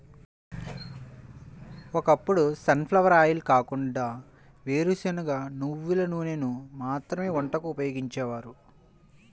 ఒకప్పుడు sunflower oil కాకుండా వేరుశనగ, నువ్వుల నూనెను మాత్రమే వంటకు ఉపయోగించేవారు